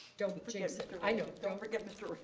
don't jinx it. i know. don't forget mr. ray.